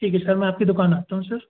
ठीक है सर मैं आपकी दुकान आता हूँ सर